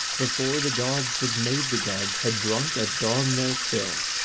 before the gods that made the gods had drunk at dawn their fill,